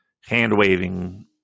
hand-waving